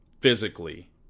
physically